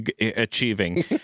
achieving